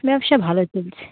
ব্যবসা ভালো চলছে